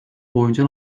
boyunca